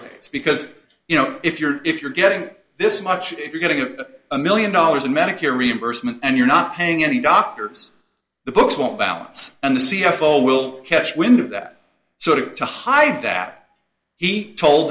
rays because you know if you're if you're getting this much if you're going to get a million dollars in medicare reimbursement and you're not paying any doctors the books won't balance and the c f o will catch wind of that sort of to hide that he told